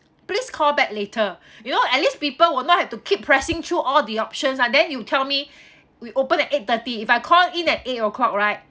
please call back later you know at least people will not have to keep pressing through all the options ah then you tell me we open at eight thirty if I call in at eight o'clock right